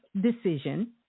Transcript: decision